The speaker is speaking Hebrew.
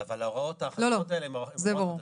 אבל ההוראות האחרות האלה הן הוראות חדשות.